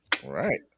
Right